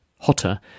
hotter